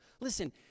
Listen